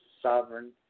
sovereign